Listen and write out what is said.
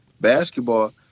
basketball